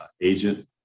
agent